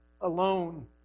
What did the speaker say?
alone